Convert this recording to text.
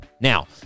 Now